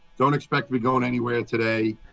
don't expect to be going anywhere today.